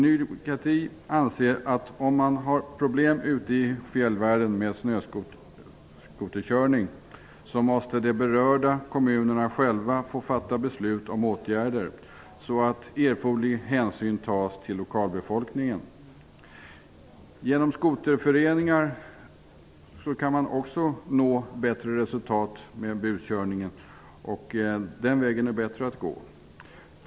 Om man i fjällvärlden har problem med snöskoterkörning anser vi i Ny demokrati att de berörda kommunerna själva måste få fatta beslut om åtgärder, så att erforderlig hänsyn tas till lokalbefolkningen. Genom skoterföreningar kan man också nå bättre resultat när det gäller att motverka buskörningen. Den vägen är bättre att gå.